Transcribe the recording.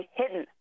hidden